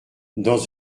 dans